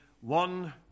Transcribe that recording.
one